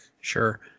sure